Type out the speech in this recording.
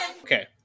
Okay